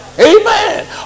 Amen